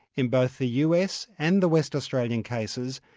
in both the us and the west australian cases,